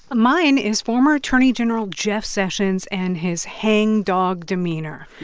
mine is former attorney general jeff sessions and his hangdog demeanor.